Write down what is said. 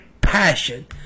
passion